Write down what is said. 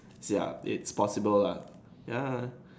ya it's possible lah ya